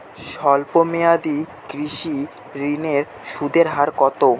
স্বল্প মেয়াদী কৃষি ঋণের সুদের হার কত?